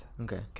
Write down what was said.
Okay